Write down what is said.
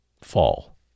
fall